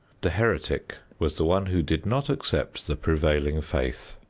the heretic was the one who did not accept the prevailing faith.